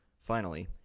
finally,